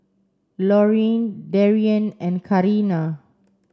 Lorine Darrien and Carina